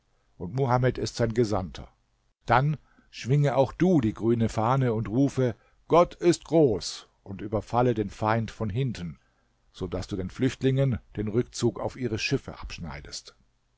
und muhamed ist sein gesandter dann schwinge auch du die grüne fahne und rufe gott ist groß und überfalle den feind von hinten so daß du den flüchtlingen den rückzug auf ihre schiffe abschneidest